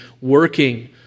working